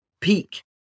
peak